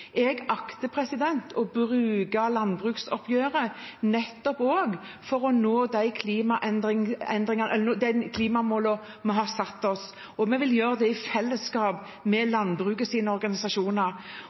Jeg akter å bruke landbruksoppgjøret til også å nå de klimamålene vi har satt oss. Vi vil gjøre det i fellesskap med